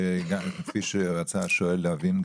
כפי שרצה השואל להבין?